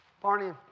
Barney